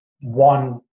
one